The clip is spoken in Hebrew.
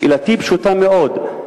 שאלתי היא פשוטה מאוד: